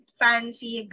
fancy